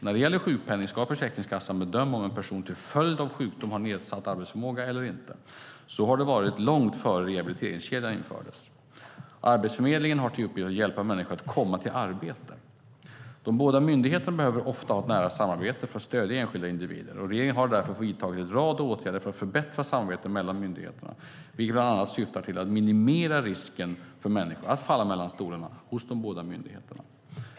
När det gäller sjukpenning ska Försäkringskassan bedöma om en person till följd av sjukdom har nedsatt arbetsförmåga eller inte. Så har det varit långt innan rehabiliteringskedjan infördes. Arbetsförmedlingen har till uppgift att hjälpa människor att komma tillbaka till arbete. De båda myndigheterna behöver ofta ha ett nära samarbete för att stödja enskilda individer. Regeringen har därför vidtagit en rad åtgärder för att förbättra samarbetet mellan myndigheterna, vilket bland annat syftar till att minimera risken för människor att falla mellan stolarna hos de båda myndigheterna.